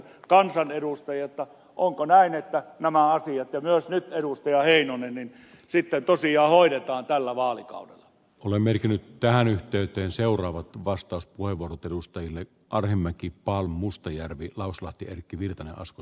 heinonen niin kysyn onko näin että nämä asiat sitten tosiaan hoidetaan tällä vaalikaudella ole merkinnyt tähän yhteyteen seuraava vastauspuheenvuorot edustajille arhinmäki palm mustajärvi lauslahti erkki virtanen asko